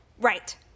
Right